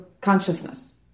consciousness